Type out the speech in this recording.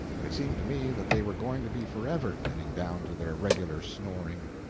it seemed to me that they were going to be forever getting down to their regular snoring.